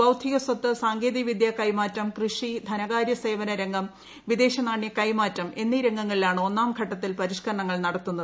ബൌദ്ധിക സ്വത്ത് സാങ്കേതികവിദ്യാ കൈമാറ്റം കൃഷി ധനകാര്യ സേവന രംഗം വിദശനാണ്യ കൈമാറ്റം എന്നീ രംഗങ്ങളിലാണ് ഒന്നാം ഘട്ടത്തിൽ പരിഷ്ക്കരണങ്ങൾ നടത്തുന്നത്